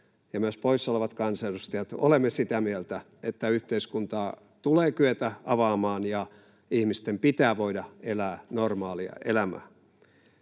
ja myös poissa olevat kansanedustajat — olemme sitä mieltä, että yhteiskuntaa tulee kyetä avaamaan ja ihmisten pitää voida elää normaalia elämää.